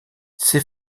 ces